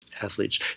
athletes